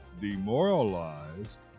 demoralized